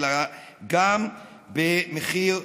אלא גם במחיר פוליטי: